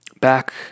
back